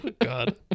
god